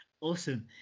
Awesome